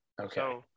Okay